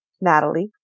Natalie